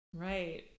Right